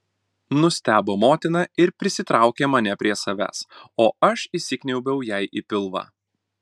nustebo motina ir prisitraukė mane prie savęs o aš įsikniaubiau jai į pilvą